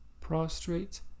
Prostrate